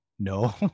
No